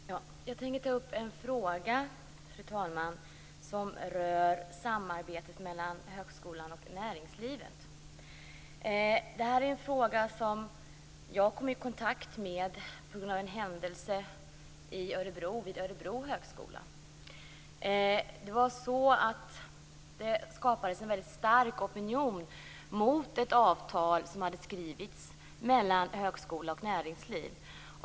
Fru talman! Jag tänker ta upp en fråga som rör samarbetet mellan högskolan och näringslivet. Det här är en fråga som jag kom i kontakt med på grund av en händelse vid Örebro högskola. Det skapades där en väldigt stark opinion mot ett avtal som hade skrivits mellan högskola och näringsliv.